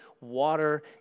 water